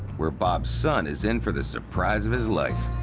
where bob's son is in for the surprise of his life.